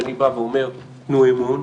שאני אומר: תנו אמון,